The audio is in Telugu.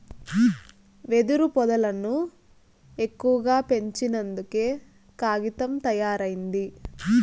వెదురు పొదల్లను ఎక్కువగా పెంచినంకే కాగితం తయారైంది